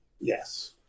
Yes